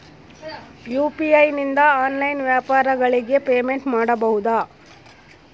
UPI ನಿಂದ online ವ್ಯಾಪಾರಗಳಿಗೆ payment ಮಾಡಬಹುದಾ?